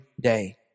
day